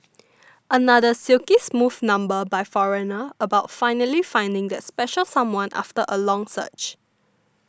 another silky smooth number by Foreigner about finally finding that special someone after a long search